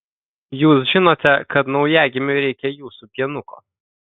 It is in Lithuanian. jūs žinote kad naujagimiui reikia jūsų pienuko